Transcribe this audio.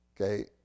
Okay